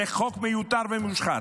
זה חוק מיותר ומושחת.